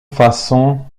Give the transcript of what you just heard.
façon